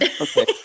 Okay